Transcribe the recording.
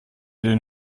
den